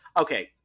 okay